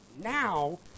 now